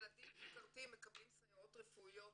ילדים סוכרתיים מקבלים סייעות רפואיות